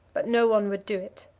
but no one would do it.